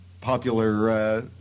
popular